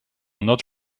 not